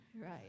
Right